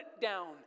down